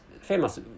famous